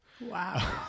Wow